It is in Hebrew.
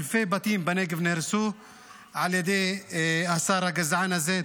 אלפי בתים בנגב נהרסו על ידי השר הגזען הזה.